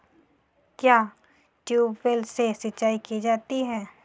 क्या ट्यूबवेल से सिंचाई की जाती है?